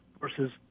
versus